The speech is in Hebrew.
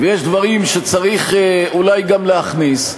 יש דברים שצריך אולי גם להכניס.